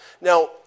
Now